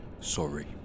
Sorry